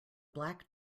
black